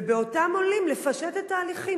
ולאותם עולים לפשט את ההליכים.